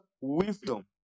wisdom